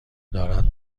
دارد